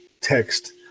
text